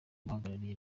uhagarariye